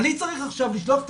אני עכשיו צריך לשלוח את